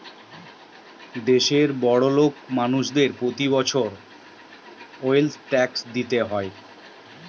দেশের বড়োলোক মানুষদের প্রতি বছর ওয়েলথ ট্যাক্স দিতে হয়